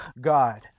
God